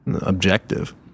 objective